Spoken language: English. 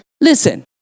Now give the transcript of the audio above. listen